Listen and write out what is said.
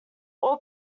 all